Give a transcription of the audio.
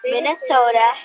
Minnesota